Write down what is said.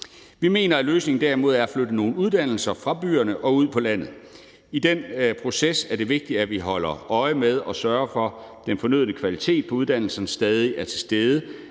Vi mener, at løsningen derimod er at flytte nogle uddannelser fra byerne og ud på landet. I den proces er det vigtigt, at vi holder øje med og sørger for, at den fornødne kvalitet på uddannelsen stadig er til stede,